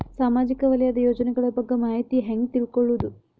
ಸಾಮಾಜಿಕ ವಲಯದ ಯೋಜನೆಗಳ ಬಗ್ಗೆ ಮಾಹಿತಿ ಹ್ಯಾಂಗ ತಿಳ್ಕೊಳ್ಳುದು?